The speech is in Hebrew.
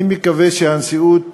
אני מקווה שהנשיאות